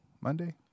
Monday